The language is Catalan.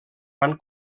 van